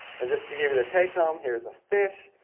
and just to give you the take home, here's a fish.